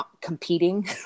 competing